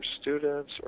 students